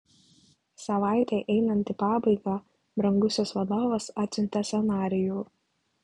savaitei einant į pabaigą brangusis vadovas atsiuntė scenarijų